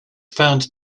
found